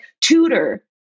tutor